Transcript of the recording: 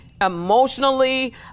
emotionally